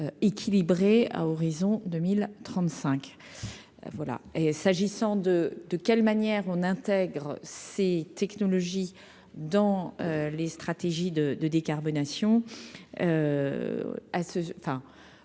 équilibré à horizon 2035 voilà et s'agissant de de quelle manière on intègre ces technologies dans les stratégies de de décarbonation